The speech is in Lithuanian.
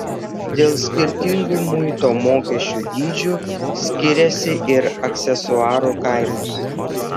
dėl skirtingų muito mokesčių dydžių skiriasi ir aksesuarų kainos